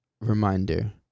reminder